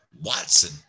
Watson